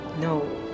No